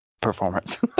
performance